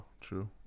true